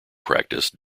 practice